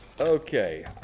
Okay